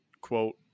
quote